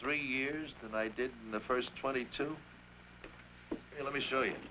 three years than i did the first twenty two let me show you